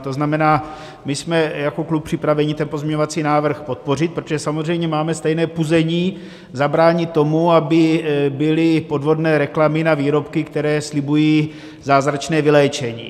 To znamená, my jsme jako klub připraveni ten pozměňovací návrh podpořit, protože samozřejmě máme stejné puzení zabránit tomu, aby byly podvodné reklamy na výrobky, které slibují zázračné vyléčení.